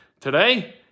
Today